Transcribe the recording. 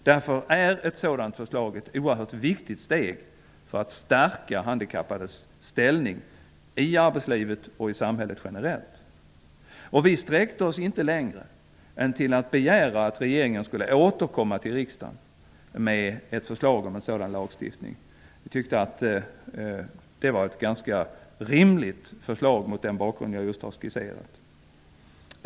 Därför är ett sådant förslag ett oerhört viktigt steg för att stärka handikappades ställning i arbetslivet och i samhället generellt. Vi sträckte oss inte längre än till att begära att regeringen skulle återkomma till riksdagen med ett förslag om en sådan lagstiftning. Vi tyckte att det var ett ganska rimligt förslag mot den bakgrund jag nyss har skisserat.